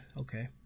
okay